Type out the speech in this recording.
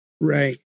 right